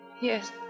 Yes